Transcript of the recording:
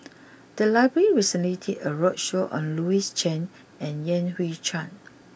the library recently did a roadshow on Louis Chen and Yan Hui Chang